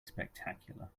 spectacular